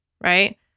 right